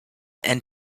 and